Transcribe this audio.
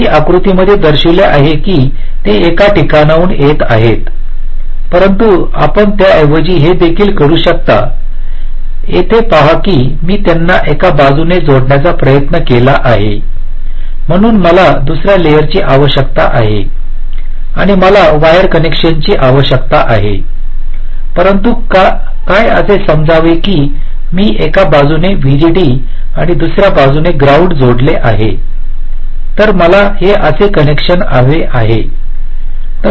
मी आकृतीमध्ये दर्शविले आहे की ते एका ठिकाणाहून येत आहेत परंतु आपण त्याऐवजी हे देखील करू शकता येथे पहा की मी त्यांना एका बाजूने जोडण्याचा प्रयत्न केला आहे म्हणून मला दुसर्या लेअरची आवश्यकता आहे आणि मला वायर कनेक्शनची आवश्यकता आहे परंतु काय असे समजावे की मी एका बाजूने व्हीडीडी आणि दुसऱ्या बाजूने ग्राउंड जोडले आहे तर मला हे असे कनेक्शन हवे आहे का